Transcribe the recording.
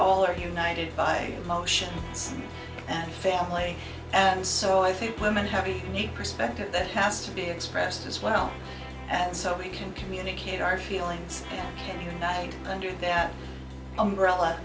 all are united by emotion and family and so i think women have a new perspective that has to be expressed as well and so we can communicate our feelings and unite under that umbrella